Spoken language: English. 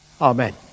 Amen